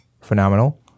phenomenal